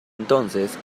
entonces